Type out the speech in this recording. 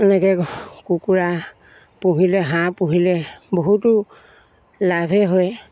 এনেকৈ কুকুৰা পুহিলে হাঁহ পুহিলে বহুতো লাভে হয়